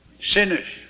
sinners